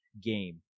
game